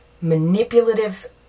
manipulative